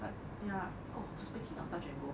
but ya oh speaking of touch and go